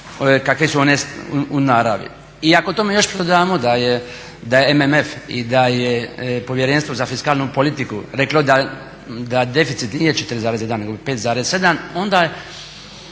kakve su one u naravi. I ako tome još dodamo da je MMF i da je Povjerenstvo za fiskalnu politiku reklo da deficit nije 4,1 nego 5,7 onda je